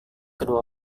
kedua